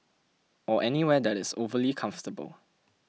or anywhere that is overly comfortable